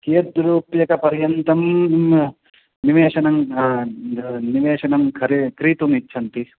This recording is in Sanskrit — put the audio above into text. कियद् रूप्यकपर्यन्तं निवेशनं निवेशनं करे क्रेतुम् इच्छन्ति